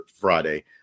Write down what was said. Friday